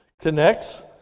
connects